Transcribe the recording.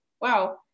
wow